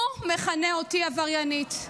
הוא מכנה אותי עבריינית.